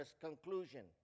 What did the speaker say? conclusion